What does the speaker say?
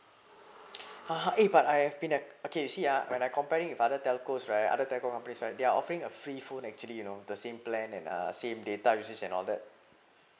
(uh huh) but I've been had okay you see ah when I comparing with other telcos right other telco company right they're offering a free phone actually you know the same plan and uh same data usage and all that